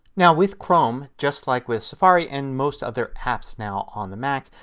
now with chrome, just like with safari and most other apps now on the mac,